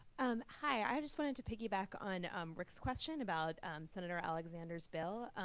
and hi. i just wanted to piggyback on um rick's question about senator alexander's bill.